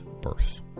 birth